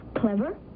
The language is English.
Clever